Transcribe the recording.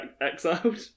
exiled